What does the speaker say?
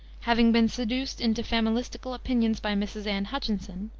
having been seduced into familistical opinions by mrs. anne hutchinson,